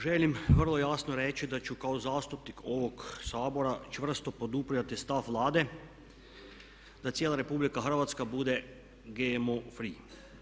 Želim vrlo jasno reći da ću kao zastupnik ovog Sabora čvrsto podupirati stav Vlade, da cijela RH bude GMO free.